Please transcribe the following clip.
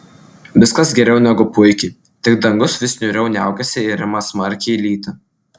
viskas geriau negu puikiai tik dangus vis niūriau niaukiasi ir ima smarkiai lyti